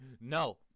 No